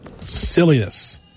silliness